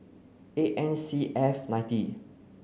eight N C F ninety